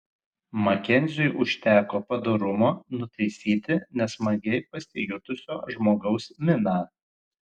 makenziui užteko padorumo nutaisyti nesmagiai pasijutusio žmogaus miną